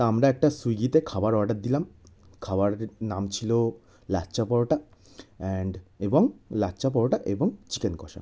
তা আমরা একটা সুইগিতে খাবার অর্ডার দিলাম খাবারের নাম ছিলো লাচ্চা পরোটা অ্যান্ড এবং লাচ্চা পরোটা এবং চিকেন কষা